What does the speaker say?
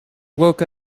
woke